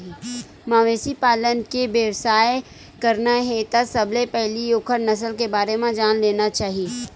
मवेशी पालन के बेवसाय करना हे त सबले पहिली ओखर नसल के बारे म जान लेना चाही